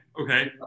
okay